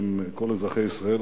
בשם כל אזרחי ישראל,